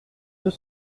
deux